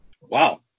Wow